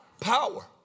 power